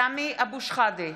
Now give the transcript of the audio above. (קוראת בשמות חברי הכנסת) סמי אבו שחאדה,